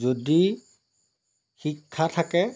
যদি শিক্ষা থাকে